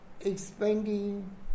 expanding